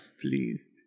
Please